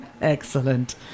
Excellent